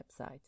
website